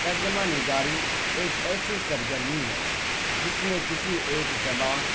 ترجمہ نگاری ایک ایسی سرگرمی ہے جس میں کسی ایک زبان